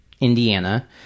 indiana